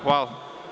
Hvala.